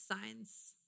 signs